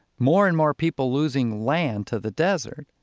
more and more people losing land to the desert.